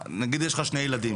נגיד יש לך שני ילדים,